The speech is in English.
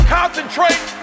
concentrate